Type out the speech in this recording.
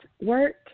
work